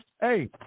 hey